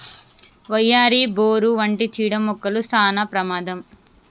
వయ్యారి, బోరు వంటి చీడ మొక్కలు సానా ప్రమాదం